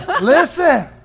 listen